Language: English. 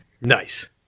nice